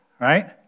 right